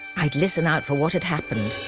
i'd listen out for what had happened.